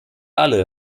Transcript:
alle